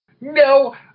No